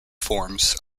forms